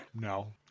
No